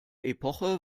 epoche